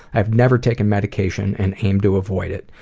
i have never taken medication, and aim to avoid it.